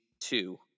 Two